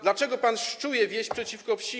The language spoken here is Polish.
Dlaczego pan szczuje wieś przeciwko wsi.